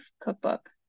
cookbook